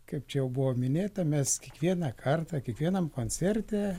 kaip čia jau buvo minėta mes kiekvieną kartą kiekvienam koncerte